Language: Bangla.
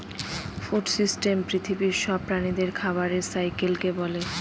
ফুড সিস্টেম পৃথিবীর সব প্রাণীদের খাবারের সাইকেলকে বলে